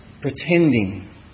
pretending